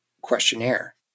questionnaire